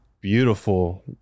beautiful